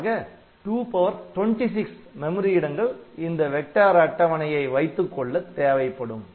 ஆக 2 power 26 memory இடங்கள் இந்த வெக்டர் அட்டவணையை வைத்துக்கொள்ள தேவைப்படும்